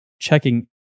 Checking